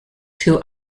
two